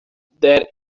that